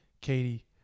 Katie